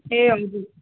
ए हजुर